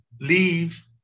leave